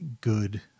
good